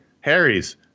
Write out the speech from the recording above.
Harry's